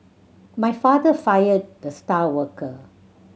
my father fired the star worker